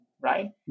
right